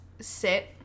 sit